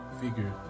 figure